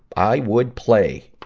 i would play,